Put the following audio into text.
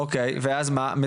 אוקיי, ואז מה?